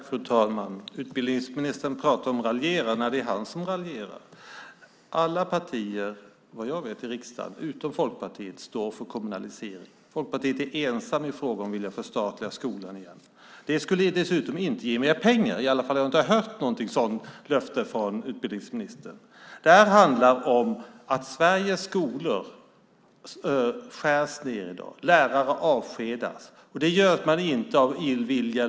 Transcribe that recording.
Fru talman! Utbildningsministern talar om att raljera när det är han som raljerar. Alla partier i riksdagen utom Folkpartiet, såvitt jag vet, står bakom kommunaliseringen. Folkpartiet är ensamt i frågan om att vilja förstatliga skolan igen. Det skulle dessutom inte ge mer pengar. Jag har i alla fall inte hört några sådana löften från utbildningsministern. Det här handlar om att det skärs ned i Sveriges skolor i dag och lärare avskedas. Det gör man inte av illvilja.